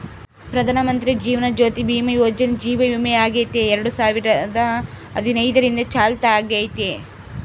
ಪ್ರಧಾನಮಂತ್ರಿ ಜೀವನ ಜ್ಯೋತಿ ಭೀಮಾ ಯೋಜನೆ ಜೀವ ವಿಮೆಯಾಗೆತೆ ಎರಡು ಸಾವಿರದ ಹದಿನೈದರಿಂದ ಚಾಲ್ತ್ಯಾಗೈತೆ